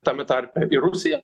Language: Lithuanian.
tame tarpe ir rusija